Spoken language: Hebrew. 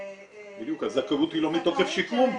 בפועל,